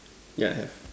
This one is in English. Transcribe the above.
yeah have